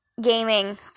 gaming